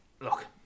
Look